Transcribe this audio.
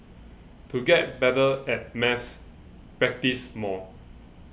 to get better at maths practise more